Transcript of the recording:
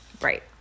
Right